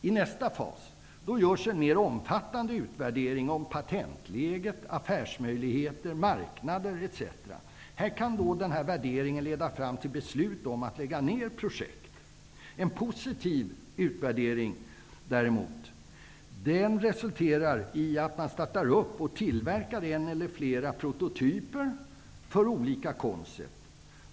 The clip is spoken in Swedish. I nästa fas görs en mer omfattande utvärdering av patentläge, affärsmöjlighet, marknad, etc. Här kan värderingen leda fram till beslut om att lägga ned projekt. En positiv utvärdering däremot resulterar i att man startar en viss verksamhet, där man tillverkar en eller flera prototyper efter olika koncept.